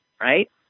right